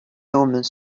omens